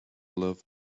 love